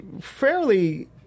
fairly